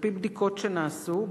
על-פי בדיקות שנעשו,